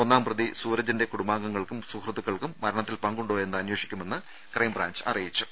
ഒന്നാം പ്രതി സൂരജിന്റെ കുടുംബാംഗങ്ങൾക്കും സുഹൃത്തുക്കൾക്കും മരണത്തിൽ പങ്കുണ്ടോയെന്ന് അന്വേഷിക്കുമെന്ന് ക്രൈംബ്രാഞ്ച് അറിയിച്ചു